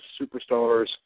superstars